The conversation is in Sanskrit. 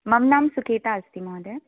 मम नाम सुकेता अस्ति महोदय